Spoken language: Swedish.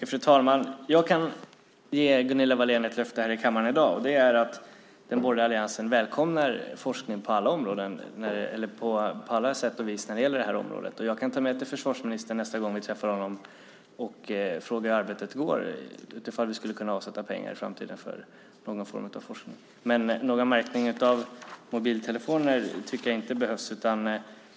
Fru talman! Jag kan ge Gunilla Wahlén ett löfte här i kammaren i dag. Den borgerliga alliansen välkomnar all forskning på det här området. Nästa gång vi träffar försvarsministern kan jag fråga honom hur arbetet går och om vi i framtiden skulle kunna avsätta pengar för någon form av forskning. Men jag tycker inte att det behövs någon märkning av mobiltelefoner.